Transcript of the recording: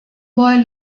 boy